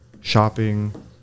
shopping